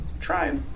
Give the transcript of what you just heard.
Try